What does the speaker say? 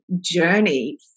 journey